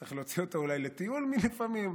צריך להוציא אותו אולי לטיול לפעמים.